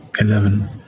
eleven